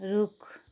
रुख